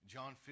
John